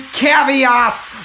caveats